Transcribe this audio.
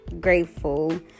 grateful